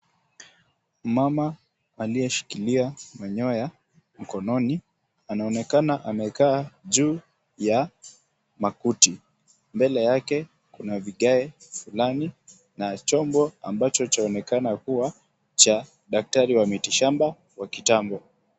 Mama aliyeshikilia manyoya mkononi, anaonekana amekaa juu ya makuti. Mbele yake kuna vigae fulani na chombo ambacho chaonekana kuwa cha daktari wa miti shamba wa kitambo.